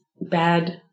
bad